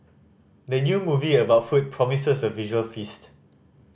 the new movie about food promises a visual feast